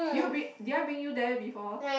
do you bring did I bring you there before